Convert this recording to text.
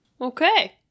Okay